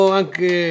anche